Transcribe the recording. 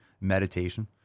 meditation